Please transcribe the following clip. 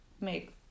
make